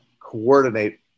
coordinate